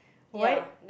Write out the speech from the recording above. what